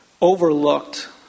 overlooked